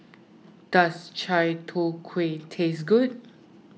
does Chai Tow Kway taste good